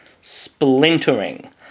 splintering